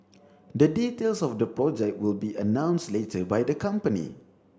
the details of the project will be announced later by the company